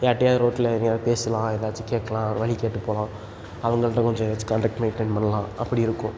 யார்கிட்டையாது ரோட்டில் எதையாது பேசலாம் எதாச்சும் கேட்கலாம் ஒரு வழி கேட்டுப் போகலாம் அவங்கள்ட்ட கொஞ்சம் ஏதாச்சும் காண்டேக்ட் மெயின்டென் பண்ணலாம் அப்படி இருக்கும்